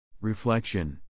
Reflection